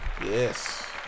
Yes